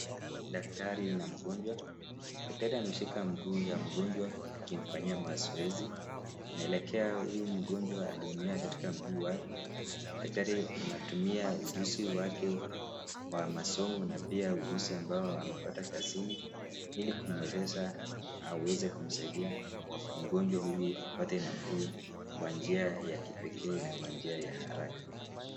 Daktari na mgonjwa. Daktari ameshika mguu ya mgonjwa akimfanyia mazoezi. Inaeleka huyu mgonjwa aliumia katika mguu wake. Daktari anatumia ujuzi wake wa masomo na pia ujuzi ambao amepata kazini, ili kumwezesha aweze kumsaidia mgonjwa huyu apate nafuu kwa njia ya kipekee na kwa njia ya haraka.